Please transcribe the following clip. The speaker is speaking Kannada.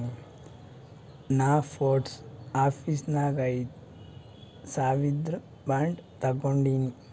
ನಾ ಪೋಸ್ಟ್ ಆಫೀಸ್ ನಾಗ್ ಐಯ್ದ ಸಾವಿರ್ದು ಬಾಂಡ್ ತಗೊಂಡಿನಿ